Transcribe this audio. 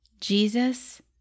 Jesus